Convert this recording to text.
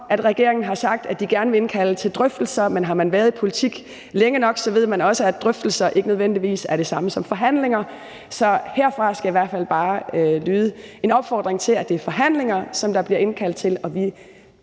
om regeringen har sagt, de gerne vil indkalde til drøftelser. Men har man været i politik længe nok, ved man også, at drøftelser ikke nødvendigvis er det samme som forhandlinger. Så herfra skal i hvert fald bare lyde en opfordring til, at det er forhandlinger, der bliver indkaldt til, og vi